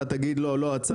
אתה תגיד לו: לא עצרת?